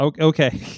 Okay